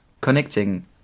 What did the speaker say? connecting